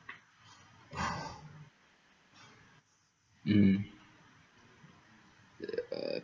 mm